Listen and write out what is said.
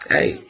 Hey